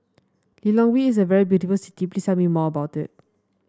Lilongwe is a very beautiful city please tell me more about it